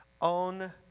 on